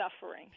suffering